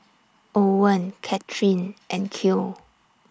Owen Katherine and Cale